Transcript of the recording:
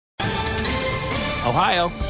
Ohio